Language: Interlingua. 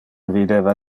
videva